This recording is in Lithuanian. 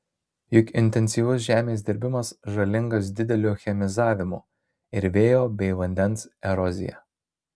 juk intensyvus žemės dirbimas žalingas dideliu chemizavimu ir vėjo bei vandens erozija